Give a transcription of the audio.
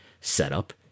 setup